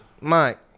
mike